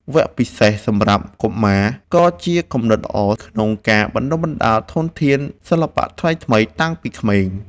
វគ្គពិសេសសម្រាប់កុមារក៏ជាគំនិតល្អក្នុងការបណ្ដុះបណ្ដាលធនធានសិល្បៈថ្មីៗតាំងពីក្មេង។